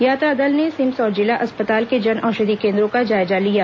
यात्रा दल ने सिम्स और जिला अस्पताल के जनऔषधि कोन्द्रों का जायजा लिया